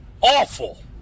awful